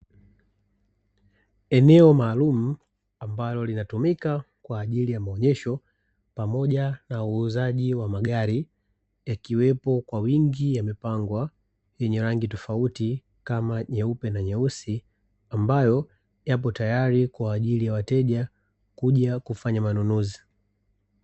Eneo maalum ambalo linatumika kwa ajili ya maonyesho pamoja na uuzaji wa magari ikiwepo kwa wingi ya mipango vingi rangi tofauti kama nyeupe na nyeusi ambayo yapo tayari kwa ajili ya wateja kuja kufanya manunuzi.